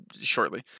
shortly